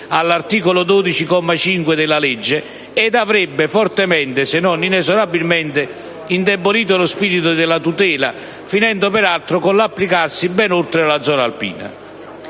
all'articolo 12, comma 5, della legge ed avrebbe fortemente, se non inesorabilmente, indebolito lo spirito della tutela, finendo peraltro con l'applicarsi ben oltre la zona alpina.